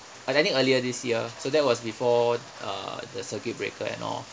I I think earlier this year so that was before uh the circuit breaker and all